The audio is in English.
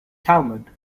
talmud